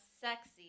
sexy